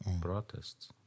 protests